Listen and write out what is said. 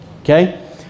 okay